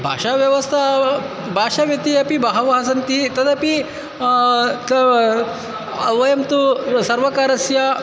भाषाव्यवस्था भाषाव्यक्तिः अपि बहवः सन्ति तदपि वयं तु सर्वकारस्य